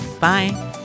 Bye